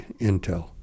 intel